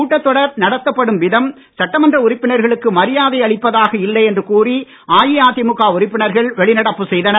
கூட்டத்தொடர் நடத்தப்படும் விதம் சட்டமன்ற உறுப்பினர்களுக்கு மரியாதை அளிப்பதாக இல்லை என்று கூறி அஇஅதிமுக உறுப்பினர்கள் வெளிநடப்பு செய்தனர்